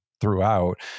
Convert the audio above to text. throughout